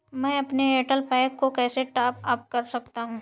मैं अपने Airtel pack को कैसे टॉप अप कर सकता हूँ?